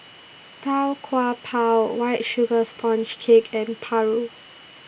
Tau Kwa Pau White Sugar Sponge Cake and Paru